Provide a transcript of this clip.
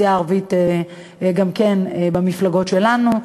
לתת ייצוג לאוכלוסייה הערבית גם כן במפלגות שלנו.